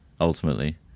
Ultimately